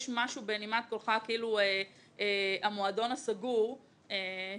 יש משהו בנימת קולך כאילו המועדון הסגור שהוא